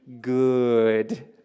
good